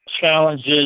challenges